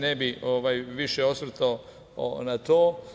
Ne bih se vrši osvrtao na to.